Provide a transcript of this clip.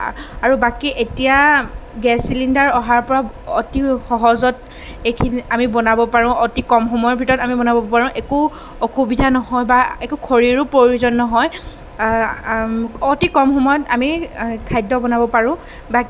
আৰু বাকী এতিয়া গেছ চিলিণ্ডাৰ অহাৰ পৰা অতি সহজত এইখিনি আমি বনাব পাৰোঁ অতি কম সময়ৰ ভিতৰত আমি বনাব পাৰোঁ একো অসুবিধা নহয় বা একো খৰিৰো প্ৰয়োজন নহয় অতি কম সময়ত আমি খাদ্য বনাব পাৰোঁ বা